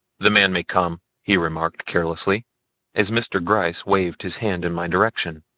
the man may come, he remarked carelessly as mr. gryce waved his hand in my direction.